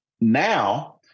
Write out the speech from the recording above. Now